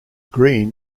greene